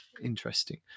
interesting